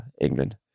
England